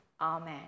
Amen